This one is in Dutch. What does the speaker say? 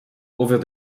over